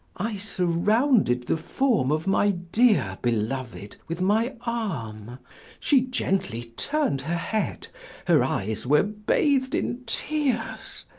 i surrounded the form of my dear beloved with my arm she gently turned her head her eyes were bathed in tears.